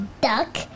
duck